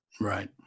right